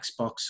Xbox